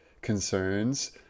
concerns